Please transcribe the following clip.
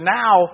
now